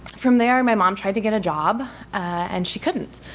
from there, my mom tried to get a job and she couldn't.